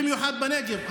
במיוחד בנגב,